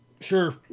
Sure